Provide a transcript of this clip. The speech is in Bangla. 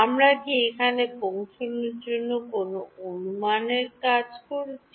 আমরা কি এখানে পৌঁছানোর জন্য কোনও অনুমানের কাজ করেছি